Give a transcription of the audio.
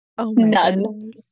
None